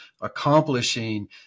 accomplishing